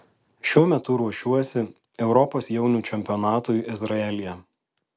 šiuo metu ruošiuosi europos jaunių čempionatui izraelyje